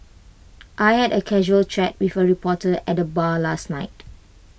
I had A casual chat with A reporter at the bar last night